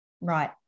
right